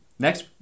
Next